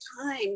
time